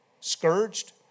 scourged